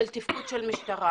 של תפקוד של משטרה